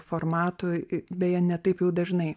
formatų beje ne taip jau dažnai